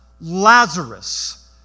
Lazarus